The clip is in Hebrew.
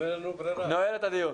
אני נועל את הדיון.